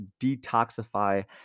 detoxify